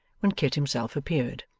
when kit himself appeared.